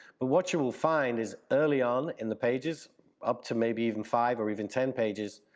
but what you will find is early on in the pages up to maybe even five or even ten pages,